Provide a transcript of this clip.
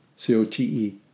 C-O-T-E